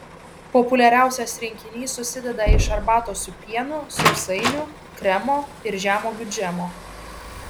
populiariausias rinkinys susideda iš arbatos su pienu sausainių kremo ir žemuogių džemo